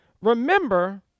remember